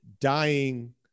dying